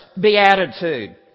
beatitude